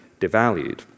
devalued